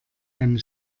eine